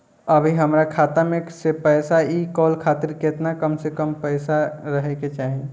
अभीहमरा खाता मे से पैसा इ कॉल खातिर केतना कम से कम पैसा रहे के चाही?